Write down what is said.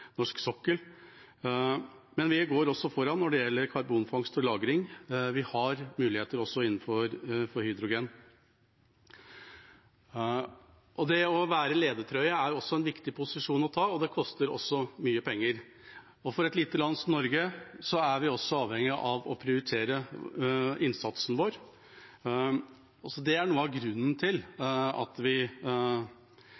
sokkel, men vi går også foran når det gjelder karbonfangst og -lagring. Vi har også muligheter innenfor hydrogen. Det å ha ledertrøya er en viktig posisjon å ta, og det koster også mye penger. I et lite land som Norge er vi avhengig av å prioritere innsatsen vår. Det er noe av grunnen til